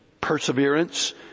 perseverance